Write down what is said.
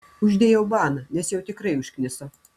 uždėjau baną nes jau tikrai užkniso